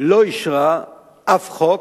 לא אישרה אף חוק